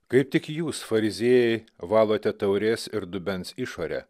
kaip tik jūs fariziejai valote taurės ir dubens išorę